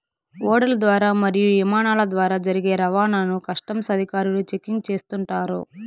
ఓడల ద్వారా మరియు ఇమానాల ద్వారా జరిగే రవాణాను కస్టమ్స్ అధికారులు చెకింగ్ చేస్తుంటారు